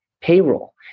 payroll